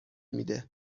میده